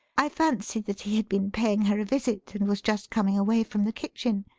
i fancied that he had been paying her a visit, and was just coming away from the kitchen.